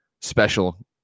special